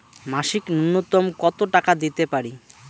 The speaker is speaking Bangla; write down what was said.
মাসিক নূন্যতম কত টাকা দিতে পারি?